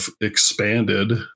expanded